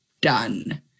done